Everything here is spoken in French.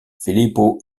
filippo